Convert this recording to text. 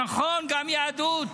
נכון גם יהדות,